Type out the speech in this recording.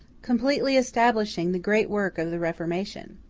completely establishing the great work of the reformation.